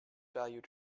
valued